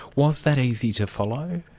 was that easy to follow?